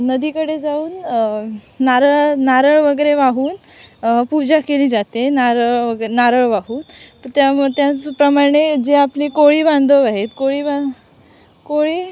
नदीकडे जाऊन नारळ नारळ वगैरे वाहून पूजा केली जाते नारळ वग नारळ वाहून तर त्याम त्याचप्रमाणे जे आपले कोळी बांधव आहेत कोळी बां कोळी